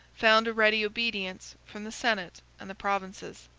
found a ready obedience from the senate and the provinces.